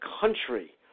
country